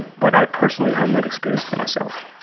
but i personally have not experienced that myself